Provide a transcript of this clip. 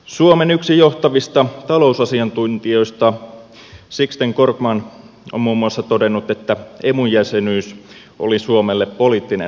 suomen yksi johtavista talousasiantuntijoista sixten korkman on muun muassa todennut että emu jäsenyys oli suomelle poliittinen valinta